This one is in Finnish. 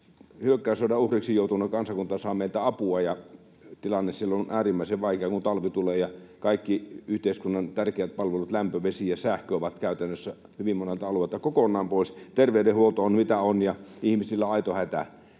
hyökkäyssodan uhriksi joutunut kansakunta saa meiltä apua. Tilanne siellä on äärimmäisen vaikea, kun talvi tulee ja kaikki yhteiskunnan tärkeät palvelut, lämpö, vesi ja sähkö, ovat käytännössä hyvin monelta alueelta kokonaan pois, terveydenhuolto on mitä on ja ihmisillä on aito hätä.